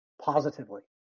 positively